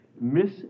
Miss